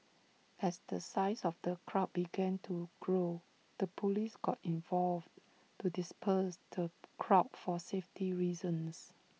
as the size of the crowd began to grow the Police got involved to disperse the crowd for safety reasons